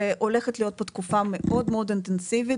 והולכת להיות פה תקופה מאוד אינטנסיבית